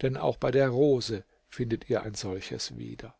denn auch bei der rose findet ihr ein solches wieder